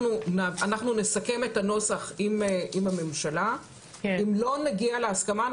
אנחנו נסכם את הנוסח עם הממשלה ואם לא נגיע להסכמה,